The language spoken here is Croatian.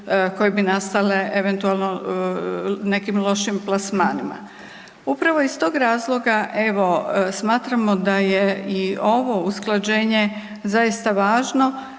koji bi nastale eventualno nekim lošim plasmanima. Upravo iz tog razloga, evo smatramo da je i ovo usklađenje zaista važno